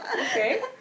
Okay